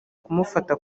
kumufata